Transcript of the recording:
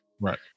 Right